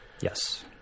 Yes